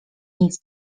nic